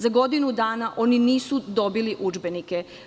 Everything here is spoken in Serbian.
Za godinu dana oni nisu dobili udžbenike.